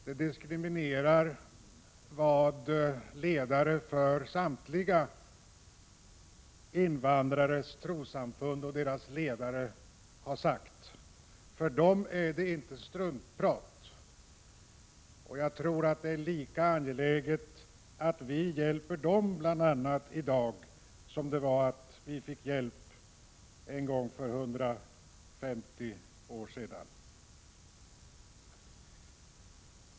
Det diskriminerar vad ledare för samtliga invandrares trossamfund har sagt. För dem är det inte struntprat. Jag tror att det är lika angeläget att vi hjälper dem i dag som det var att vi fick hjälp en gång för 150 år sedan.